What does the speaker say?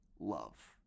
love